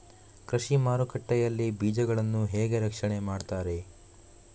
ಕೃಷಿ ಮಾರುಕಟ್ಟೆ ಯಲ್ಲಿ ಬೀಜಗಳನ್ನು ಹೇಗೆ ರಕ್ಷಣೆ ಮಾಡ್ತಾರೆ?